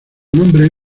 nombre